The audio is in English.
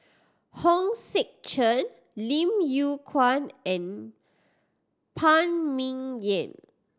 Hong Sek Chern Lim Yew Kuan and Phan Ming Yen